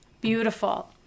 Beautiful